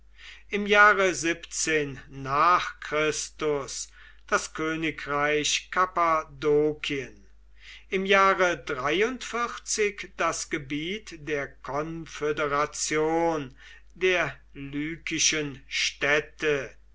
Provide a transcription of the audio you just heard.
im jahre nach chr das königreich kappadokien im jahre das gebiet der konföderation der lykischen städte